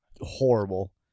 horrible